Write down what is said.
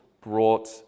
brought